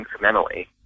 incrementally